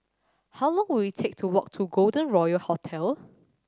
how long will it take to walk to Golden Royal Hotel